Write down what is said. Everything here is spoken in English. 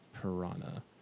piranha